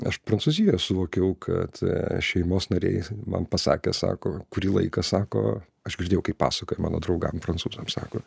aš prancūzijoj suvokiau kad šeimos nariai man pasakė sako kurį laiką sako aš girdėjau kaip pasakojo mano draugam prancūzam sako